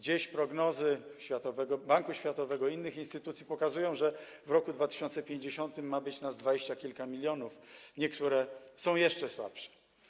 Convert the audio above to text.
Dziś prognozy Banku Światowego i innych instytucji pokazują, że w roku 2050 ma być nas dwadzieścia kilka milionów, niektóre są jeszcze słabsze.